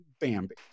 bambi